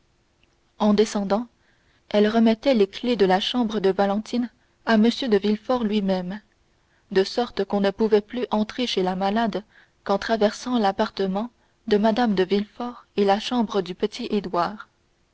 en descendant elle remettait les clefs de la chambre de valentine à m de villefort lui-même de sorte qu'on ne pouvait plus entrer chez la malade qu'en traversant l'appartement de mme de villefort et la chambre du petit